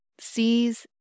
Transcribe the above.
sees